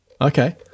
Okay